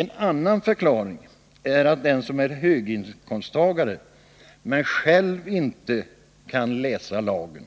En annan förklaring är att den som är höginkomsttagare men själv inte ”kan läsa lagen”